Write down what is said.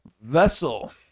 vessel